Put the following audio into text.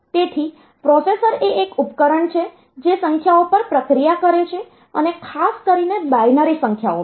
તેથી પ્રોસેસર એ એક ઉપકરણ છે જે સંખ્યાઓ પર પ્રક્રિયા કરે છે અને ખાસ કરીને બાઈનરી સંખ્યાઓ પર